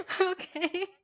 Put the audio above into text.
Okay